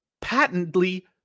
patently